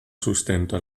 sustento